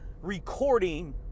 recording